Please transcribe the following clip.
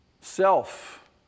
self